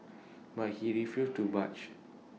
but he refused to budge